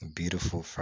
beautiful